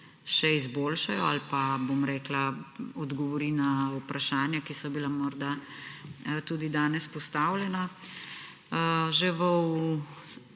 še izboljšajo; ali pa odgovori na vprašanja, ki so bila morda tudi danes postavljena. Že v